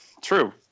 True